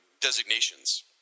designations